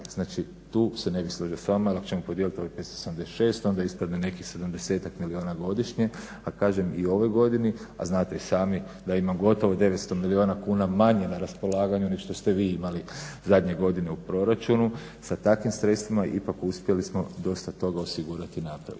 Znači, tu se ne bih složio s vama jer ako ćemo podijelit ovih 576 onda ispadne nekih 70-tak milijuna godišnje, a kažem i u ovoj godini, a znate i sami da ima gotovo 900 milijuna kuna manje na raspolaganju nego što ste vi imali zadnju godinu u proračunu. Sa takvim sredstvima ipak uspjeli smo dosta toga osigurati i napraviti.